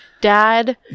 Dad